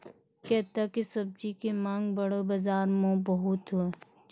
कैता के सब्जी के मांग बड़ो बाजार मॅ भी बहुत छै